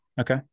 Okay